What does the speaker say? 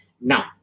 Now